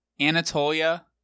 Anatolia